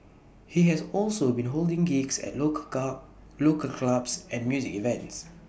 he has also been holding gigs at local local clubs and music events